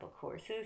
courses